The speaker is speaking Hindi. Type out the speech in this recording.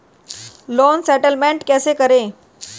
लोन सेटलमेंट कैसे करें?